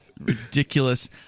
Ridiculous